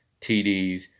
TDs